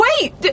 wait